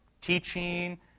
teaching